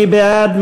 מי בעד?